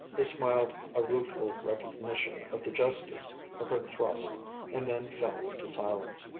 he smiled a rueful recognition of the justice of her thrust and then fell into silence.